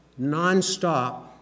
nonstop